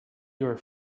your